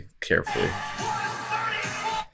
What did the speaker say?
Carefully